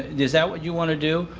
is that what you want to do?